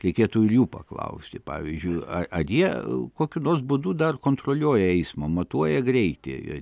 reikėtų ir jų paklausti pavyzdžiui ar jie kokiu nors būdu dar kontroliuoja eismą matuoja greitį ir